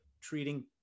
treating